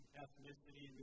ethnicity